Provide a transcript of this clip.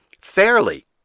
fairly